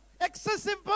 excessive